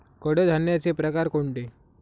कडधान्याचे प्रकार कोणते?